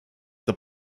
the